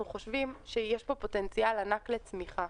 אנחנו חושבים שיש פה פוטנציאל ענק לצמיחה.